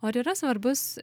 o ar yra svarbus